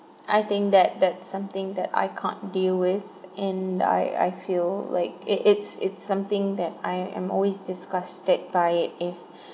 I think that that's something that I can't deal with and I I feel like it it's it's something that I am always disgusted by it if